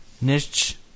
niche